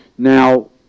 Now